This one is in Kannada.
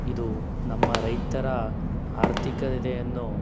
ಇದು ನಮ್ಮ ರೈತರ ಆರ್ಥಿಕತೆಯನ್ನು